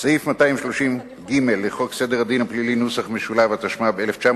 בדבר חלוקת הצעת חוק